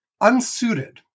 unsuited